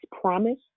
promise